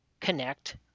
connect